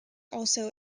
also